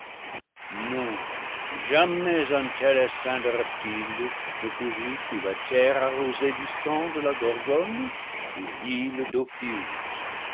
non jamais un tel essaim de reptiles ne couvrit ou la terre arrosée du sang de la gorgone ou l'île